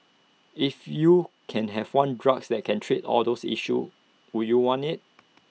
if you can have one drugs that can treat all those issues would you want IT